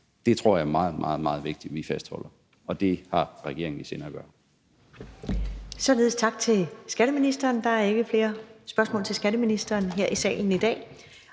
Det tror jeg er meget, meget vigtigt vi fastholder, og det har regeringen i sinde at gøre. Kl. 16:08 Første næstformand (Karen Ellemann): Således tak til skatteministeren. Der er ikke flere spørgsmål til skatteministeren her i salen i dag.